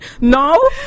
no